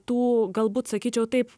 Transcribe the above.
tų galbūt sakyčiau taip